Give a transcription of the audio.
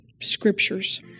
scriptures